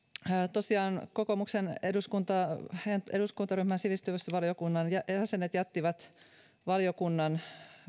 tosiaan kokoomuksen eduskuntaryhmän sivistysvaliokunnan jäsenet jättivät valiokunnan